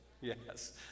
yes